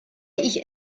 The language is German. ich